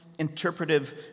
interpretive